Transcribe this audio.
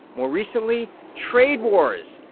more recently, trade wars.